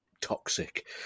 toxic